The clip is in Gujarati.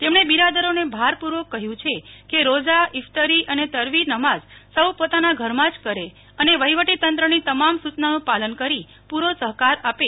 તેમને બિરાદરોને ભારપૂર્વક કહ્યું છે કે રોઝા ઇફતારી અને તરવિહ નમાઝ સૌ પોતાના ઘરમાં જ કરે અને વહીવટી તંત્રની તમામ સૂચનાનું પાલન કરી પૂરો સહકાર આપે